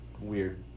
weird